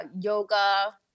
yoga